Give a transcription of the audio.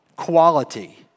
quality